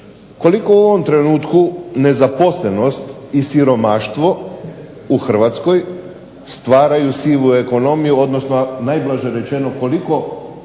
Koliko u ovom trenutku nezaposlenost i siromaštvo u Hrvatskoj stvaraju sivu ekonomiju odnosno najblaže rečeno koliko